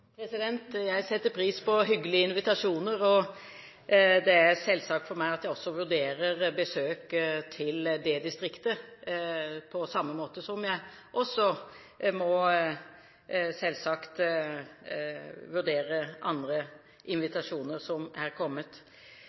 Jeg setter pris på hyggelige invitasjoner. Det er selvsagt for meg at jeg også vurderer besøk til det distriktet, på samme måte som jeg også må vurdere andre invitasjoner som er kommet.